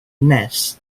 nests